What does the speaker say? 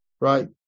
right